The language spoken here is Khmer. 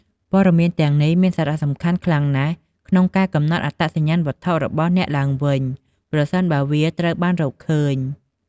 ព័ត៌មានទាំងនេះមានសារៈសំខាន់ខ្លាំងណាស់ក្នុងការកំណត់អត្តសញ្ញាណវត្ថុរបស់អ្នកឡើងវិញ ប្រសិនបើវាត្រូវបានរកឃើញ។